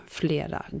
flera